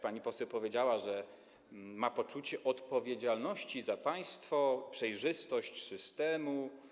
Pani poseł powiedziała, że ma poczucie odpowiedzialności za państwo, za przejrzystość systemu.